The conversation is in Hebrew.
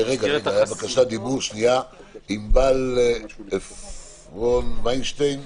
ענבר עפרון-ויינשטן,